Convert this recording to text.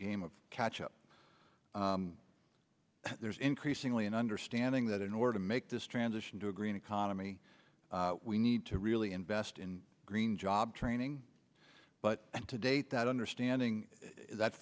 game of catch up there's increasingly an understanding that in order to make this transition to a green economy we need to really invest in green job training but to date that understanding that